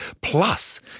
Plus